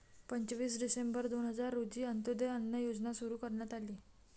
पंचवीस डिसेंबर दोन हजार रोजी अंत्योदय अन्न योजना सुरू करण्यात आली